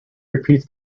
repeats